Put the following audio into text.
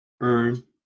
earn